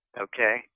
okay